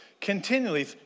continually